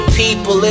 people